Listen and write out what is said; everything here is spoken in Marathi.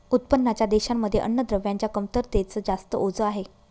उत्पन्नाच्या देशांमध्ये अन्नद्रव्यांच्या कमतरतेच जास्त ओझ आहे